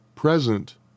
present